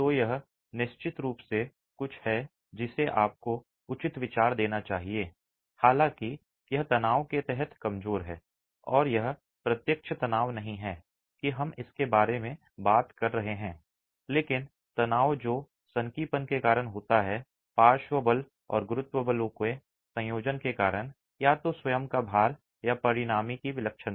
तो यह निश्चित रूप से कुछ है जिसे आपको उचित विचार देना चाहिए हालाँकि यह तनाव के तहत कमजोर है और यह प्रत्यक्ष तनाव नहीं है कि हम इसके बारे में बात कर रहे हैं लेकिन तनाव जो सनकीपन के कारण होता है पार्श्व बल और गुरुत्व बलों के संयोजन के कारण या तो स्वयं का भार या परिणामी की विलक्षणता